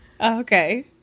Okay